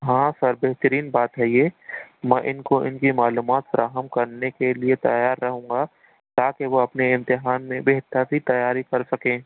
ہاں سر بہتریں بات ہے یہ میں ان کو ان کی معلومات فراہم کرنے کے لیے تیار رہوں گا تاکہ وہ اپنے امتحان میں تیاری کرسکیں